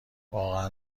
واقعا